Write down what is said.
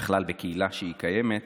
בכלל בקהילה קיימת.